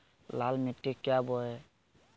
लाल मिट्टी क्या बोए?